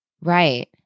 Right